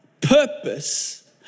purpose